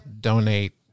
donate